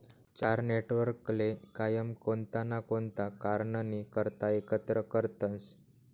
चार नेटवर्कले कायम कोणता ना कोणता कारणनी करता एकत्र करतसं